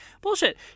bullshit